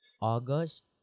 August